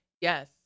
Yes